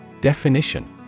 Definition